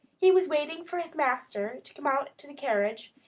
he was waiting for his master to come out to the carriage,